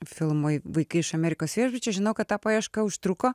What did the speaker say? filmui vaikai iš amerikos viešbučio žinau kad ta paieška užtruko